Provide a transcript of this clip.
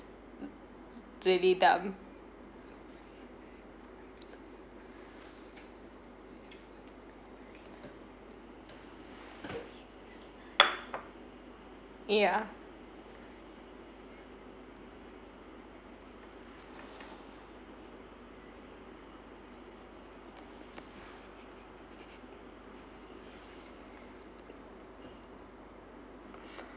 really dumb yeah